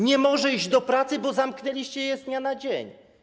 Nie może iść do pracy, bo zamknęliście je z dnia na dzień.